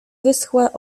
wyschła